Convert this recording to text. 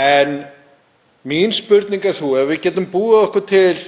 En mín spurning er sú: Ef við getum búið okkur til